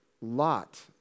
lot